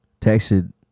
texted